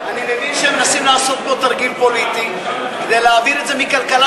אני מבין שמנסים לעשות פה תרגיל פוליטי כדי להעביר את זה מכלכלה,